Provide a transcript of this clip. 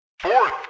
Fourth